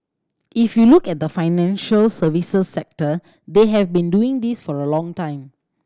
if you look at the financial services sector they have been doing this for a long time